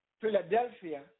Philadelphia